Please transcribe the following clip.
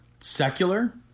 secular